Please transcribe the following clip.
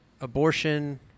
abortion